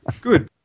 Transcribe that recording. Good